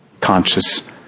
conscious